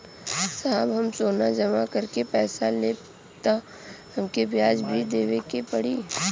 साहब हम सोना जमा करके पैसा लेब त हमके ब्याज भी देवे के पड़ी?